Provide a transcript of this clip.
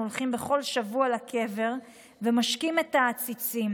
הולכים בכל שבוע לקבר ומשקים את העציצים,